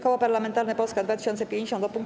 Koło Parlamentarne Polska 2050 o punkt: